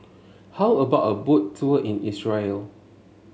how about a Boat Tour in Israel